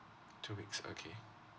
two weeks okay